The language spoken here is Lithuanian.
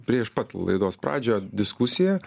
prieš pat laidos pradžią diskusiją